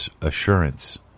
assurance